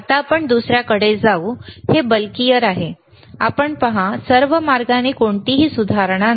आता आपण दुसऱ्याकडे जाऊ हे बल्कियर आहे आपण पहा सर्व मार्गाने कोणतीही सुधारणा नाही